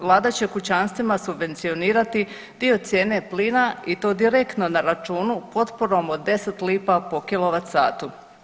Vlada će kućanstvima subvencionirati dio cijene plina i to direktno na računu potporom od 10 lipa po kilovat satu.